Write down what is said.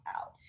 out